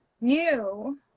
new